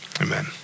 amen